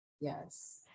Yes